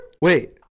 Wait